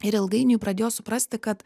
ir ilgainiui pradėjo suprasti kad